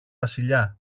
βασιλιά